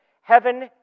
Heaven